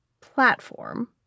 platform